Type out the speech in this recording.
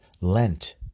Lent